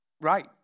Right